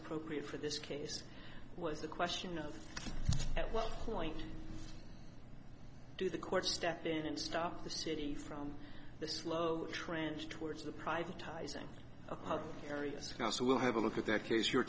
appropriate for this case was the question of at what point do the courts step in and stop the city from the slow trench towards the privatizing of public areas now so we'll have a look at that here's your